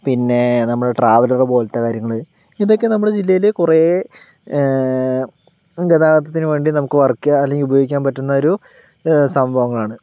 പിന്നെ നമ്മുടെ ട്രാവലർ പോലെയുള്ള കാര്യങ്ങൾ ഇതൊക്കെ നമ്മുടെ ജില്ലയിൽ കുറേ ഗതാഗതത്തിന് വേണ്ടി നമുക്ക് വർക്ക് ചെയ്യുക അല്ലെങ്കിൽ ഉപയോഗിക്കാൻ പറ്റുന്ന ഒരു സംഭവങ്ങളാണ്